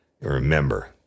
Remember